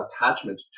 attachment